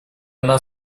она